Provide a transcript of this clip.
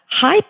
high